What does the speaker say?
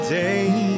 day